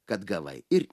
kad gavai ir